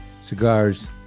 cigars